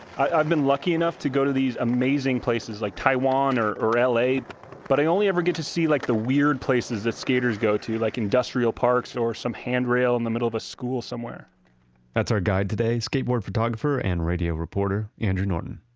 i've been lucky enough to go to these amazing places like taiwan or la, and but i only ever get to see like the weird places that skaters go to like, industrial parks or some handrail in the middle of a school somewhere that's our guide today. skateboard photographer and radio reporter. andrew norton.